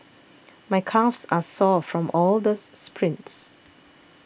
my calves are sore from all this sprints